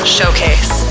Showcase